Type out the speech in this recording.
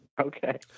Okay